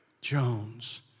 Jones